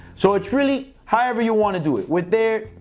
so it's really however you wanna do it. with there,